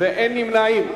ואין נמנעים.